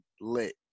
lit